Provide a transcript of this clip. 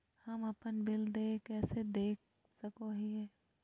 हम अपन बिल देय कैसे देख सको हियै?